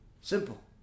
simple